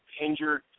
injured